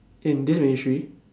okay in this ministry